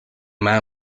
man